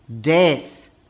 Death